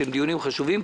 שהם דיונים חשובים,